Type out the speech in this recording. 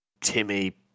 Timmy